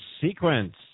sequence